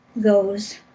goes